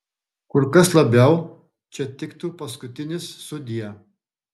kur kas labiau čia tiktų paskutinis sudie